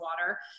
water